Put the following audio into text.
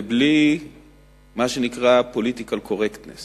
ובלי מה שנקרא: political correctness